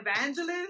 evangelist